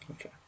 Okay